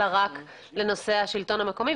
אלא רק לנושא השלטון המקומי,